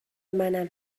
منم